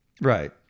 Right